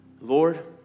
lord